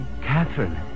Catherine